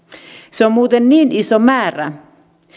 se on muuten niin iso määrä